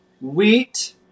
wheat